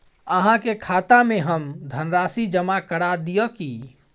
अहाँ के खाता में हम धनराशि जमा करा दिअ की?